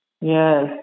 Yes